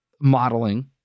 modeling